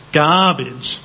garbage